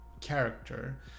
character